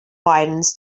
widens